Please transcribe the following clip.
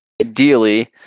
ideally